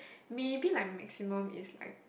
maybe like maximum is like